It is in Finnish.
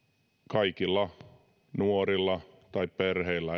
kaikilla nuorilla tai perheillä